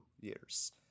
years